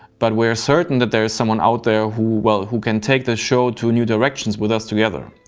but we're certain that there is someone out there who, well, who can take the show to new directions with us together.